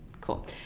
Cool